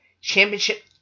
Championship